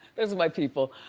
those my people.